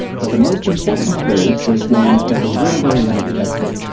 but the most important clue was one that was really very unexpected.